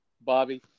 Bobby